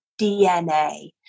DNA